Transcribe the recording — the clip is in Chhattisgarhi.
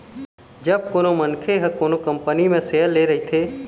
जब कोनो मनखे ह कोनो कंपनी म सेयर ले रहिथे